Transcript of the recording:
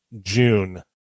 June